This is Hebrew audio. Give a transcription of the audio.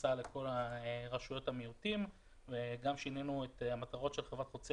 נכנסה לכל רשויות המיעוטים וגם שינינו את המטרות של חברת חוצה